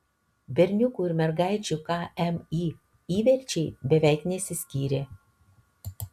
berniukų ir mergaičių kmi įverčiai beveik nesiskyrė